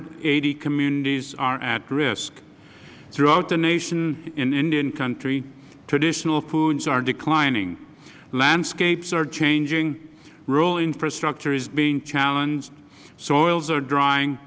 and eighty communities are at risk throughout the nation in indian country traditional foods are declining landscapes are changing rural infrastructure is being challenged soils are drying